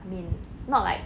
I mean not like